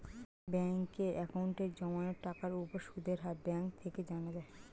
ব্যাঙ্কের অ্যাকাউন্টে জমানো টাকার উপর সুদের হার ব্যাঙ্ক থেকে জানা যায়